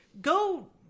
Go